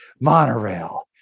monorail